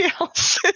else